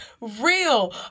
real